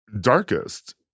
darkest